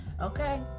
okay